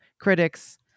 critics